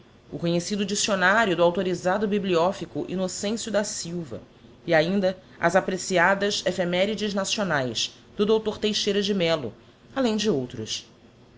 o conhecido diccionario do auctorízado bibliophico innocencio da silva e ainda as apreciadas ephemerides nacionaes do dr teixeira de mello além de outros